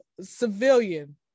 civilian